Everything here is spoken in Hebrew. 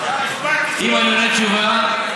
אם אני אתן תשובה,